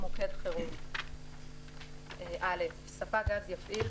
מוקד חירום ספק גז יפעיל,